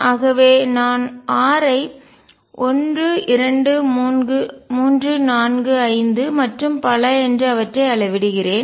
ஆகவே நான் r ஐ 1 2 3 4 5 மற்றும் பல என்று அவற்றை அளவிடுகிறேன்